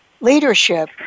leadership